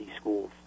schools